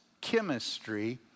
chemistry